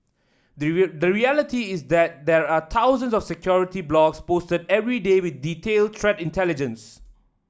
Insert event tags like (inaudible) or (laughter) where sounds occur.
the (unintelligible) the reality is that there are thousands of security blogs posted every day with detailed threat intelligence